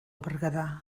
berguedà